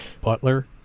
Butler